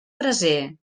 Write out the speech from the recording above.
braser